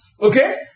okay